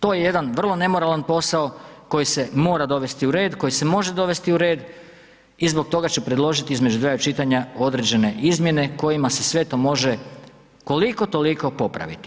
To je jedan vrlo nemoralan posao koji se mora dovesti u red, koji se može dovesti u red i zbog toga ću predložiti između dva čitanja određene izmjene kojima se sve to može koliko, toliko popraviti.